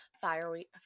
fiery